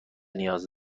نیاز